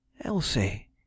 Elsie